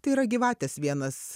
tai yra gyvatės vienas